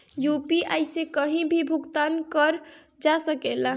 UPI से कहीं भी भुगतान कर जा सकेला?